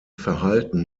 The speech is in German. verhalten